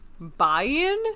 buy-in